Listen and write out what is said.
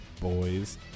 boys